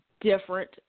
different